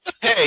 Hey